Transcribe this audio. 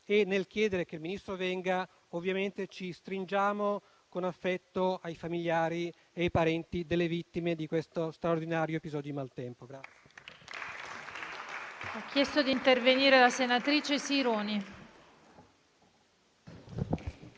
e, nel fare questa richiesta, ovviamente ci stringiamo con affetto ai familiari e ai parenti delle vittime di questo straordinario episodio di maltempo.